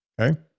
Okay